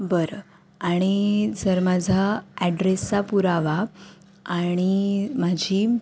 बरं आणि जर माझा ॲड्रेसचा पुरावा आणि माझी